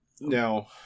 Now